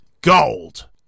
gold